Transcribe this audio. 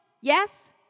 Yes